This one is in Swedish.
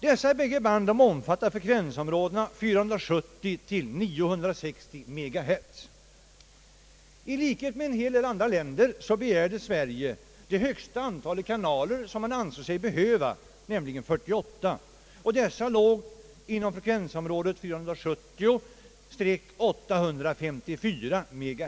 Dessa båda band omfattar frekvensområdet 470—960 MHz. I likhet med en hel del andra länder begärde Sverige det högsta antalet kanaler, som man ansåg sig behöva, nämligen 48. Dessa låg inom frekvensområdet 470—3854 MHz.